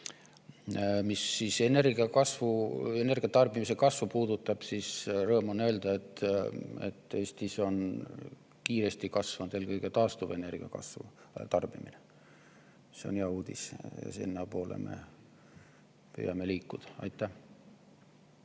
Mis puudutab energia tarbimise kasvu, siis on rõõm öelda, et Eestis on kiiresti kasvanud eelkõige taastuvenergia tarbimine. See on hea uudis ja sinnapoole me püüame liikuda. Aitäh!